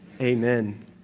Amen